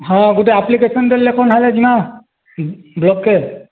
ହଁ ଗୋଟେ ଆପ୍ଲିକେସନ୍ଟେ ଲେଖନ୍ ହେଲେ ଯିମା ବ୍ଲକ୍କେ